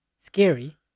scary